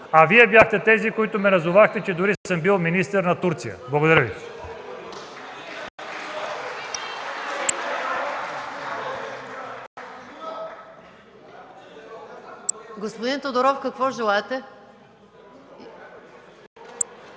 а Вие бяхте тези, които ме назовахте, че дори съм бил министър на Турция. Благодаря Ви.